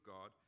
God